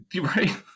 right